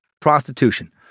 prostitution